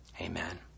Amen